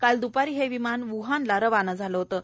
काल द्रपारी हप विमान वुहानला रवाना झालं होतं